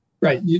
Right